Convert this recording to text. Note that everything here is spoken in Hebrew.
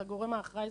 הגורם האחראי,